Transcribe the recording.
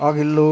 अघिल्लो